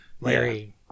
larry